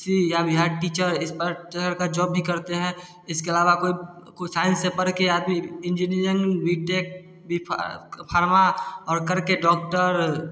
सी या बिहार टीचर इस प्रकार का जॉब भी करते हैं इसके अलावा कोई कोई साइंस से पढ़ के आदमी इंजीनियरिंग बीटेक बीफार फार्मा और करके डॉक्टर